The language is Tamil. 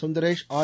சுந்தரேஷ் ஆர்